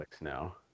now